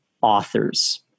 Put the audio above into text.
authors